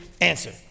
answer